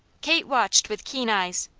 kate watched with keen eyes.